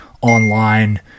online